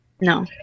No